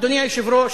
אדוני היושב-ראש,